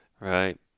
Right